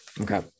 Okay